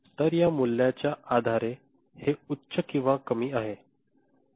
तर या मूल्याच्या आधारे हे उच्च किंवा कमी आहे